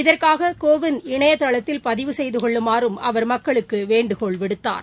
இதற்காககோ வின் இணையதளத்தில் பதிவு செய்துகொள்ளுமாறும் அவா் மக்களுக்குவேண்டுகோள் விடுத்தார்